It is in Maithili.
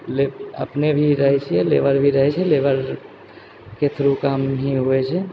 अपने भी रहै छियै लेबर भी रहै छै लेबरके थ्रू काम ही हुए छै